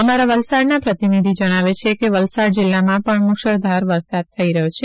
અમારા વલસાડના પ્રતિનિધિ જણાવે છે કે વલસાડ જિલ્લામાં પણ મુશળધાર વરસાદ થઈ રહ્યો છે